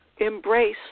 Embrace